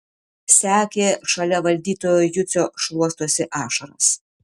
sekė šalia valdytojo jucio šluostosi ašaras